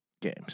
games